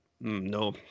no